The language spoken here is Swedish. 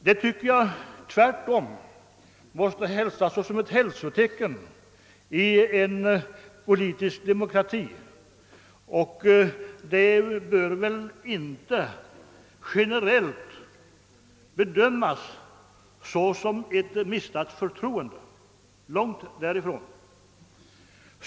Detta måste tvärtom enligt min mening betraktas såsom ett hälsotecken i en politisk demokrati, och det bör väl inte generellt bedömas som ett bristande förtroende — långt därifrån.